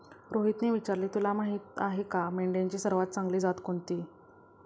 रोहितने विचारले, तुला माहीत आहे का मेंढ्यांची सर्वात चांगली जात कोणती?